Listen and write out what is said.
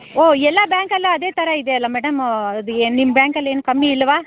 ಓಹ್ ಎಲ್ಲ ಬ್ಯಾಂಕಲ್ಲ ಅದೇ ಥರ ಇದೆ ಅಲ್ಲ ಮೇಡಮ್ ಅದು ನಿಮ್ಮ ಬ್ಯಾಂಕಲ್ಲಿ ಏನು ಕಮ್ಮಿ ಇಲ್ವ